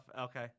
okay